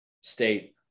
State